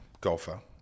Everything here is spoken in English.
golfer